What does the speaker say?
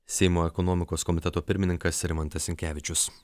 seimo ekonomikos komiteto pirmininkas rimantas sinkevičius